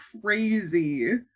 crazy